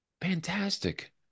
Fantastic